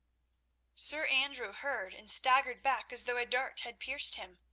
sir andrew heard and staggered back as though a dart had pierced him.